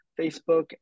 Facebook